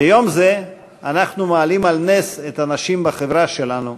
ביום זה אנחנו מעלים על נס את הנשים בחברה שלנו,